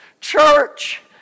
church